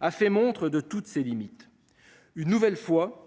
a fait montre de toutes ses limites. Une nouvelle fois.